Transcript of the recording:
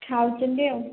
ଖାଉଛନ୍ତି ଆଉ